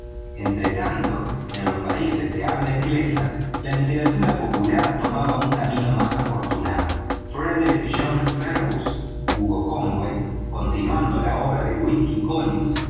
inverniazio entretanto en los países de habla inglesa la literatura popular tomaba un camino más afortunado frederick john fergus hugo oonuray continuando la obra de wilkíe collins